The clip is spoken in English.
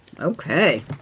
Okay